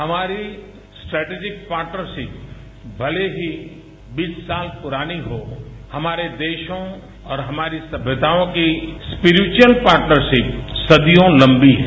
हमारी strategic partnership भले ही बीस साल पुरानी हो हमारे देशों और हमारी सभ्यताओं की स्पिरिटयूअल पार्टनरशिप सदियों लंबी है